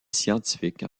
scientifique